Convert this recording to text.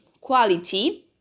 quality